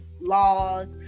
laws